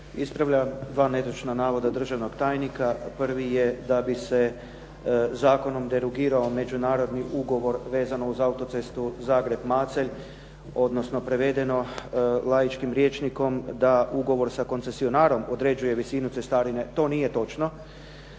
Ispravljam 2 netočna navoda državnog tajnika. Prvi je da bi se zakonom derugirao međunarodni ugovor vezan uz autocestu Zagreb-Macelj, odnosno prevedeno laičkim rječnikom da ugovor sa koncesionarom određuje visinu cestarine. To nije točno.